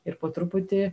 ir po truputį